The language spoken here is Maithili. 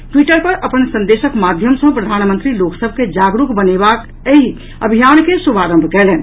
ट्वीटर पर अपन संदेशक माध्यम सँ प्रधानमंत्री लोक सभ केँ जागरूक वनेबाक एहि अभियान केँ शुभारंभ कयलनि